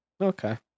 Okay